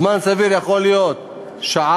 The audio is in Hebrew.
זמן סביר יכול להיות שעה,